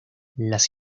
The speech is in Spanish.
las